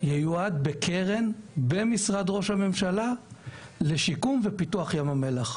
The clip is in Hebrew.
ייועדו בקרן במשרד ראש הממשלה לשיקומו ופיתוחו של ים המלח.